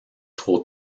trop